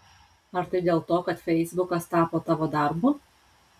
ar tai dėl to kad feisbukas tapo tavo darbu